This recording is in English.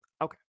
Okay